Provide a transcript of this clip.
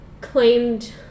claimed